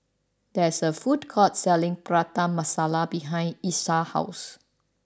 there is a food court selling Prata Masala behind Isiah's house